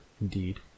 indeed